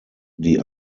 die